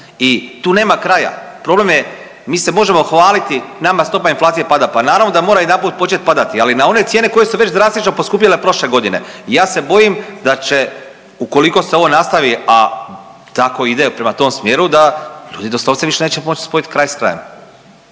i tu nema kraja. Problem je, mi se možemo hvaliti, nama stopa inflacije pada, pa naravno da mora jedanput početi padati, ali na one cijene koje su već drastično poskupjele prošle godine i ja se bojim da će ukoliko se ovo nastavi, a tako ide, prema tom smjeru, da ljudi doslovce više neće moć spojiti kraj s krajem.